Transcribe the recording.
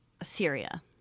Assyria